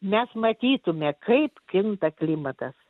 mes matytume kaip kinta klimatas